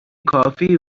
کافی